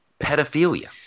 Pedophilia